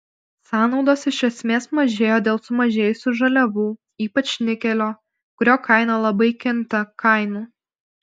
sąnaudos iš esmės mažėjo dėl sumažėjusių žaliavų ypač nikelio kurio kaina labai kinta kainų